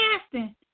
casting